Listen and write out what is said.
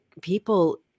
people